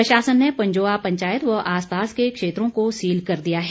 प्रशासन ने पंजोआ पंचायत व आस पास के क्षेत्रों को सील कर दिया है